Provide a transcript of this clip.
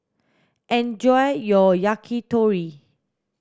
enjoy your Yakitori